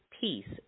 Peace